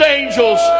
angels